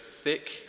thick